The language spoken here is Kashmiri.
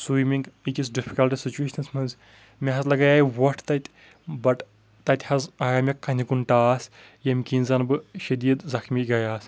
سُیمنٛگ أکِس ڈفکلٹ سُچویشنس منٛز مےٚ حظ لگاے وۄٹھ تتہِ بٹ تتہِ حظ آے مےٚ کنہِ ہُنٛد ٹاس ییٚمہِ کِنۍ زنہٕ بہٕ شٔدیٖد زخمی گوٚوُس